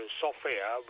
software